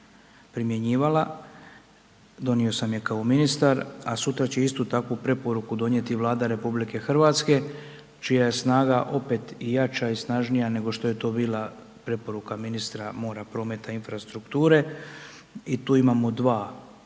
primjenjivala, donio sam je kao ministar a sutra će istu takvu preporuku donijeti Vlada RH čija je snaga opet jača i snažnija nego što je to bila preporuka ministra mora, prometa i infrastrukture i tu imamo dva, jedan